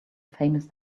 famous